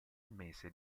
mese